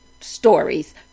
stories